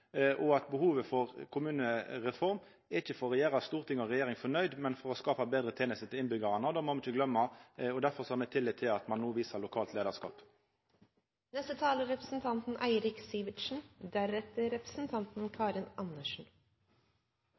for å gjera Stortinget og regjeringa fornøyde, men for å skaffa betre tenester til innbyggarane. Det må me ikkje gløyma. Derfor har me tillit til at ein viser lokalt